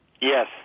Yes